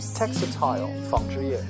textile纺织业